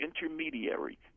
intermediary